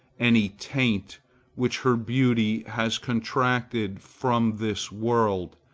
any taint which her beauty has contracted from this world,